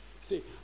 See